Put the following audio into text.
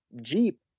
jeep